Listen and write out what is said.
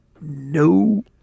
No